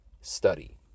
study